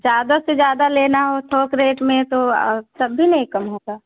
ज़्यादा से ज़्यादा लेना हो थोक रेट में तो तब भी नहीं कम होगा